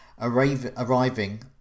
arriving